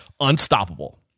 unstoppable